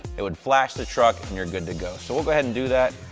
it would flash the truck, and you're good to go. so we'll go ahead and do that.